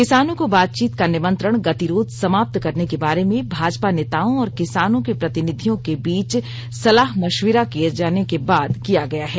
किसानों को बातचीत का निमंत्रण गतिरोध समाप्त करने के बारे में भाजपा नेताओं और किसानों के प्रतिनिधियों के बीच सलाह मशविरा किए जाने के बाद किया गया है